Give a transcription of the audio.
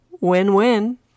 Win-win